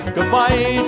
Goodbye